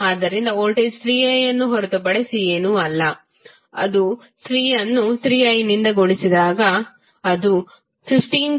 ಆದ್ದರಿಂದ voltage 3i ಅನ್ನು ಹೊರತುಪಡಿಸಿ ಬೇರೇನೂ ಅಲ್ಲ ಅದು 3 ಅನ್ನು 3 i ಯಿಂದ ಗುಣಿಸಿದಾಗ ಅದು 15cos 60πt